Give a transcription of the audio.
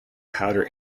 powder